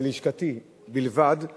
ללשכתי בלבד,